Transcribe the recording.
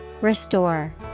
Restore